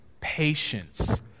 patience